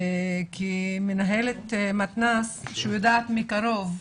כמנהלת מתנ"ס שיודעת מקרוב,